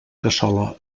cassola